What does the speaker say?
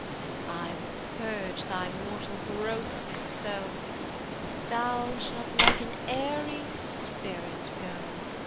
and i will purge thy mortal grossness so that thou shalt like an airy spirit go.